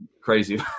crazy